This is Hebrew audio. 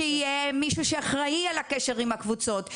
שיהיה מישהו שיהיה אחראי על הקשר עם הקבוצות,